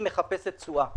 היא מחפשת תשואה,